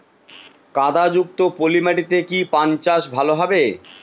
কাদা যুক্ত পলি মাটিতে কি পান চাষ ভালো হবে?